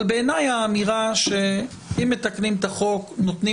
אבל בעיני האמירה שאם מתקנים את החוק נותנים